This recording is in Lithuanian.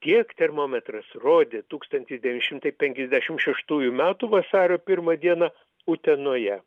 tiek termometras rodė tūkstantis devyni šimtai penkiasdešimt šeštųjų metų vasario pirmą dieną utenoje